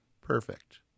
Perfect